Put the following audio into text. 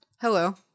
Hello